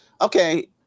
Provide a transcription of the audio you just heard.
okay